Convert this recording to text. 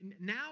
now